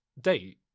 date